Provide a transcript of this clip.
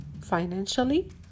financially